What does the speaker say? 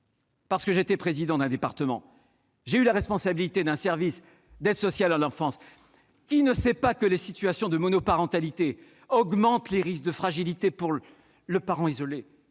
tant que président d'un département d'un service d'aide sociale à l'enfance. Qui ne sait pas que les situations de monoparentalité augmentent les risques de fragilité pour le parent isolé